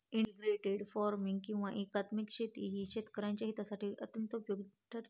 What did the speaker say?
integrated farming किंवा एकात्मिक शेती ही शेतकऱ्यांच्या हितासाठी अत्यंत उपयुक्त ठरते